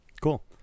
Cool